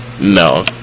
No